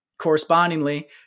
correspondingly